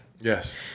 Yes